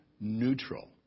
neutral